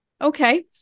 Okay